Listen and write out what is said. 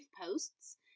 posts